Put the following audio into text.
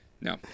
No